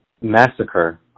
massacre